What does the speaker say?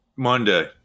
Monday